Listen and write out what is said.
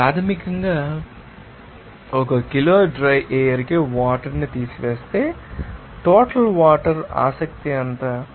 ఇది ప్రాథమికంగా ఒక కిలో డ్రై ఎయిర్ కి వాటర్ ని తీసివేస్తే టోటల్ వాటర్ ఆసక్తి ఎంత